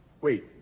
Wait